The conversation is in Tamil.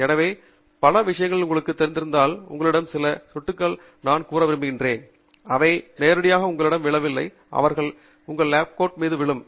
எனவே பல விஷயங்கள் உங்களுக்கு இருந்தால் உங்களிடம் சில சொட்டுகள் உமிழ்ந்து போயிருக்கின்றன அவை நேரடியாக உங்களிடம் விழவில்லை அவர்கள் உங்கள் லேப்கோட் மீது விழும்